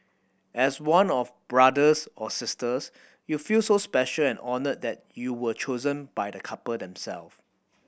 as one of brothers or sisters you feel so special and honoured that you were chosen by the couple them self